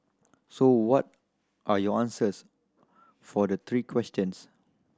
so what are your answers for the three questions